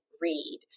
read